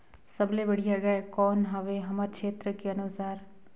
सबले बढ़िया गाय कौन हवे हमर क्षेत्र के अनुसार?